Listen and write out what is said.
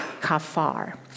kafar